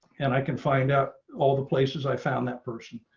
and i can find out all the places i found that person,